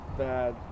bad